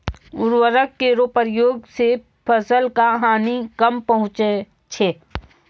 उर्वरक केरो प्रयोग सें फसल क हानि कम पहुँचै छै